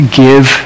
give